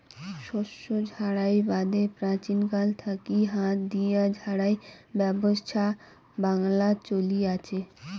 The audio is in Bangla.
শস্য ঝাড়াই বাদে প্রাচীনকাল থাকি হাত দিয়া ঝাড়াই ব্যবছস্থা বাংলাত চলি আচে